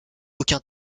aucun